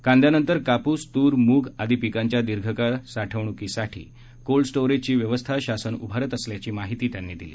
कांद्यानंतर कापूस तूर मुग आदी पिकांच्या दीर्घकाळ साठवणूकीसाठी कोल्ड स्टोअरेजची व्यवस्था शासन उभारत असल्याचं ते म्हणाले